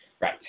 Right